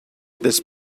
this